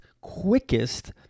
quickest